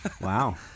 Wow